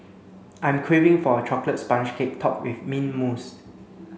I'm craving for a chocolate sponge cake topped with mint mousse